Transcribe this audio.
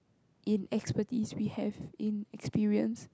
in expertise we have in experience